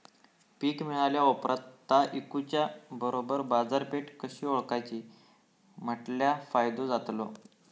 पीक मिळाल्या ऑप्रात ता इकुच्या बरोबर बाजारपेठ कशी ओळखाची म्हटल्या फायदो जातलो?